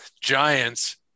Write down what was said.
Giants